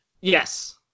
Yes